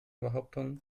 behauptungen